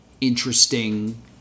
interesting